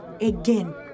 again